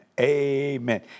amen